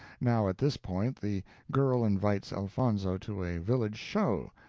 now at this point the girl invites elfonzo to a village show,